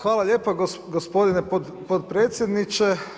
Hvala lijepa gospodine potpredsjedniče.